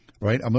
Right